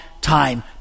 time